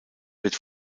wird